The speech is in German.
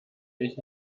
ich